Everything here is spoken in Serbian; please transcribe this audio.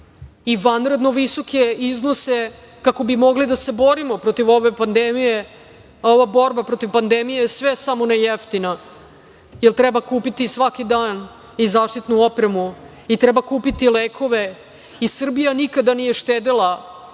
i vanredno visoke iznose kako bi mogli da se borimo protiv ove pandemije, a ova borba protiv pandemije je sve samo ne jeftina, jer treba kupiti svaki dan i zaštitnu opremu i treba kupiti lekove. Srbija nikada nije štedela